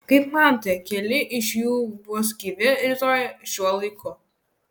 kaip manote keli iš jų bus gyvi rytoj šiuo laiku